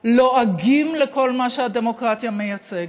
לועגים לכל מה שהדמוקרטיה מייצגת.